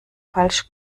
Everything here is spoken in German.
falsch